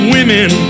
Women